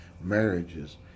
marriages